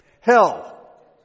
Hell